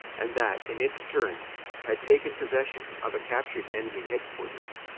and that in its turn had taken possession of a captured enemy headquarters.